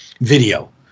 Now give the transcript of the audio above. video